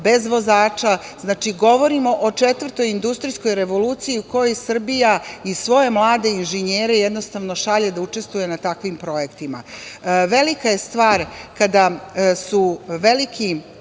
bez vozača. Znači, govorimo o Četvrtoj industrijskoj revoluciji u kojoj Srbija i svoje mlade inženjere jednostavno šalje da učestvuju na takvim projektima. Velika je stvar kada su velike